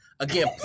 Again